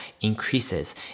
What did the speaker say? increases